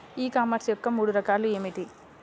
ఈ కామర్స్ యొక్క మూడు రకాలు ఏమిటి?